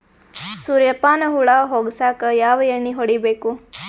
ಸುರ್ಯಪಾನ ಹುಳ ಹೊಗಸಕ ಯಾವ ಎಣ್ಣೆ ಹೊಡಿಬೇಕು?